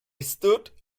stood